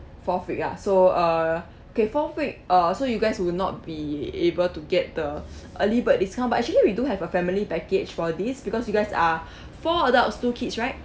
fourth week ah so uh K fourth week uh so you guys will not be able to get the early bird discount but actually we do have a family package for this because you guys are four adults two kids right